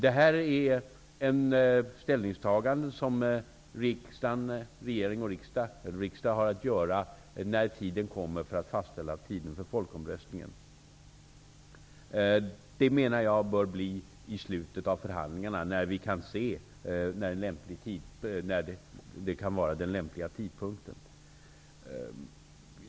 Det här är ett ställningstagande som riksdagen har att göra när det blir dags att fastställa tiden för folkomröstningen. Det menar jag bör bli i slutet av förhandlingarna, när vi kan se vilken den lämpliga tidpunkten är.